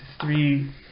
three